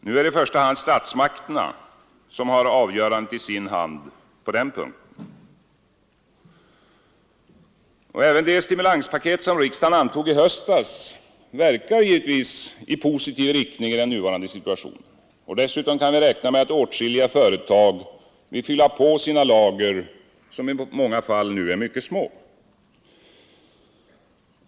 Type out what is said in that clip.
Nu är det i första rummet statsmakterna som har avgörandet i sin hand på den punkten. Även det stimulanspaket som riksdagen antog i höstas verkar givetvis i positiv riktning i den nuvarande situationen. Dessutom kan vi räkna med att åtskilliga företag vill fylla på sina lager, som i många fall nu är mycket små.